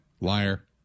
liar